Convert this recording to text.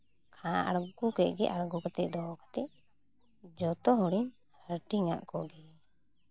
ᱦᱟᱸᱜ ᱟᱬᱜᱳ ᱠᱮᱫ ᱜᱮ ᱟᱬᱜᱳ ᱠᱟᱛᱮᱫ ᱫᱚᱦᱚ ᱠᱟᱛᱮᱫ ᱡᱚᱛᱚ ᱦᱚᱲᱤᱧ ᱦᱟᱹᱴᱤᱧᱟᱜ ᱠᱚᱜᱮ